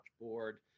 board